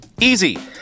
Easy